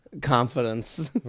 confidence